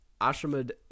ashamed